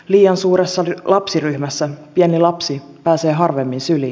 liian suuressa lapsiryhmässä pieni lapsi pääsee harvemmin syliin